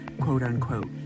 quote-unquote